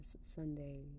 Sunday